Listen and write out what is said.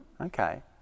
Okay